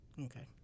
Okay